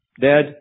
Dad